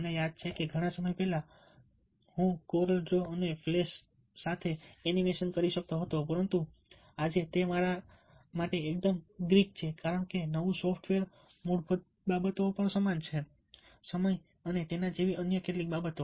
મને યાદ છે કે ઘણા સમય પહેલા 10 વર્ષ પહેલા હું કોરલ ડ્રો અને ફ્લેશ સાથે એનિમેશન કરતો હતો પરંતુ આજે તે મારા માટે એકદમ ગ્રીક છે કારણ કે નવું સોફ્ટવેર મૂળભૂત બાબતો બાકીની સમાન રહે છે સમય અને તેના જેવી અન્ય કેટલીક બાબતો